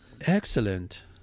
Excellent